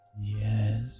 Yes